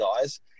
guys